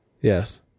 Yes